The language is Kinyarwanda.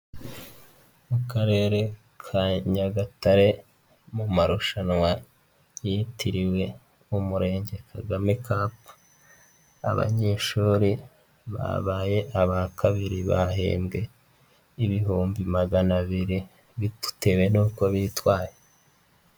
Mu Karere ka Nyagatare mu marushanwa yitiriwe Umurenge Kagame kapu, abanyeshuri babaye aba kabiri bahembwe ibihumbi magana abiri bitewe n'uko bitwaye.